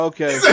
Okay